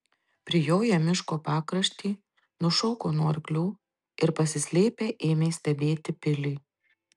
prijoję miško pakraštį nušoko nuo arklių ir pasislėpę ėmė stebėti pilį